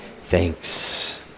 Thanks